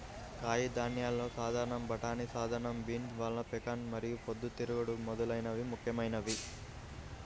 కాయధాన్యాలలో సాధారణ బఠానీ, సాధారణ బీన్, వాల్నట్, పెకాన్ మరియు పొద్దుతిరుగుడు మొదలైనవి ముఖ్యమైనవి